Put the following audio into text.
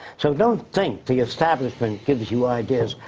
so don't think the establishment gives you ideas.